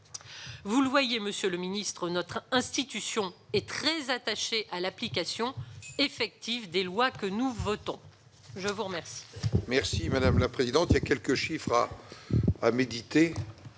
Vous le voyez, monsieur le secrétaire d'État, notre institution est très attachée à l'application effective des lois que nous votons. Merci,